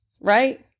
right